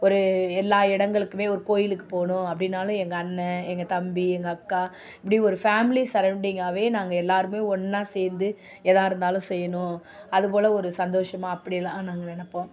ஒரு எல்லாம் இடங்களுக்கும் ஒரு கோவிலுக்கு போகணும் அப்படின்னாலும் எங்கள் அண்ணன் எங்கள் தம்பி எங்கள் அக்கா இப்படி ஒரு ஃபேமிலி சரவுண்டிங்காகவே நாங்கள் எல்லோருமே ஒன்னாக சேர்ந்து எதாக இருந்தாலும் செய்யணும் அதுபோல் ஒரு சந்தோஷமாக அப்படி எல்லாம் நாங்கள் நெனைப்போம்